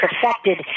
perfected